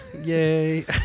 Yay